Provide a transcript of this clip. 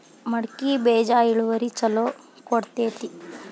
ಮಡಕಿ ಬೇಜ ಇಳುವರಿ ಛಲೋ ಕೊಡ್ತೆತಿ?